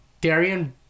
Darian